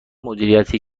مدیریتی